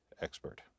expert